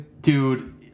Dude